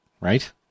right